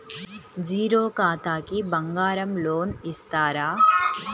Zero ఖాతాకి బంగారం loan ఇస్తారా?